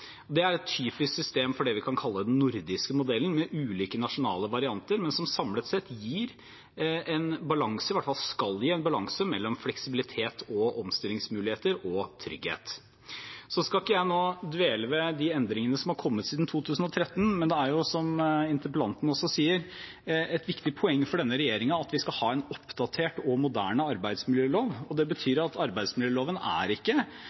Det er et typisk system for det vi kan kalle den nordiske modellen, med ulike nasjonale varianter, men som samlet sett gir – eller i hvert fall skal gi – en balanse mellom fleksibilitet, omstillingsmuligheter og trygghet. Nå skal ikke jeg dvele ved de endringene som har kommet siden 2013, men det er, som interpellanten også sier, et viktig poeng for denne regjeringen at vi skal ha en oppdatert og moderne arbeidsmiljølov. Det betyr at arbeidsmiljøloven ikke